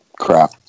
Crap